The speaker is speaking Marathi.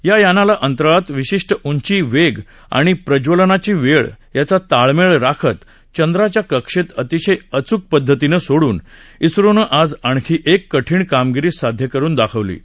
या यानाला अंतराळात विशिष्ट उंची वेग आणि प्रज्वलनाची वेळ यांचा ताळमेळ राखत चंद्राच्या कक्षेत अतिशय अचूक पद्धतीनं सोडून इस्रोनं आज आणखी एक कठीण कामगिरी साध्य करून दाखवली आहे